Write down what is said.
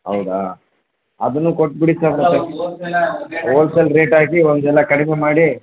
ಹೌದಾ ಅದನ್ನು ಕೊಟ್ಟುಬಿಡಿ ಸರ್ ಹೋಲ್ಸೇಲ್ ರೇಟ್ ಹಾಕಿ ಒಂದು ಸಲ ಕಡಿಮೆ ಮಾಡಿ